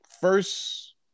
first